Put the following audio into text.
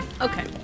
Okay